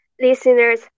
Listeners